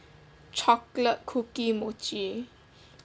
chocolate cookie mochi